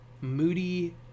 moody